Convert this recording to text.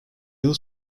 yılı